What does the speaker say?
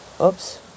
Oops